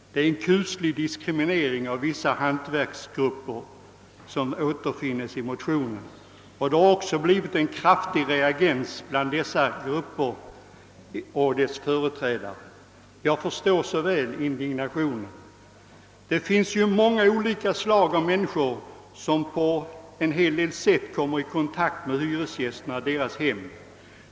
Det är en kuslig diskriminering av vissa hantverkargrupper som återfinns i motionerna. Det har också blivit en kraftig reaktion bland dessa grupper och deras företrädare. Jag förstår så väl indignationen. Det finns ju många olika slag av människor som på en hel del sätt kommer i kontakt med hyresgästerna och deras hem.